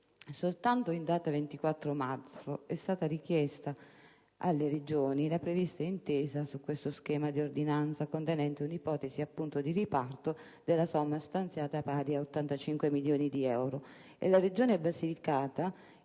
soltanto in data 24 marzo è stata richiesta alle Regioni la prevista intesa su uno schema di ordinanza contenente un'ipotesi di riparto della somma stanziata, pari a 85 milioni di euro. La Regione Basilicata con nota